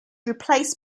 replaced